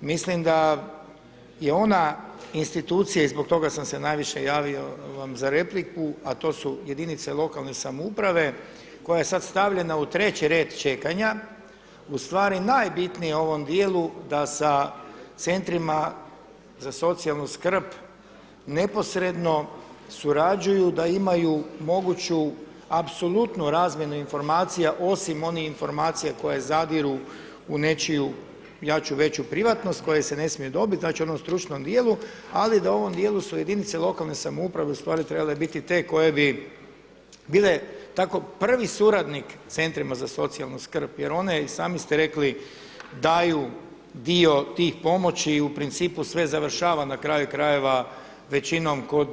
Mislim da je ona institucija i zbog toga sam se najviše javio za repliku, a to su jedinice lokalne samouprave koja je sada stavljena u treći red čekanja, ustvari najbitnija u ovome dijelu da sa centrima za socijalnu skrb neposredno surađuju da imaju moguću apsolutnu razmjenu informacija osim onih informacija koje zadiru u nečiju jaču veću privatnost koja se ne smije dobiti, znači u onom stručnom dijelu, ali da u ovom dijelu su jedinice lokalne samouprave trebale biti te koje bi bile tako prvi suradnik centrima za socijalnu skrbe jer one i sami ste rekli daju dio tih pomoći i u principu sve završava na kraju krajeva većinom kod